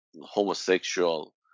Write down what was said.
homosexual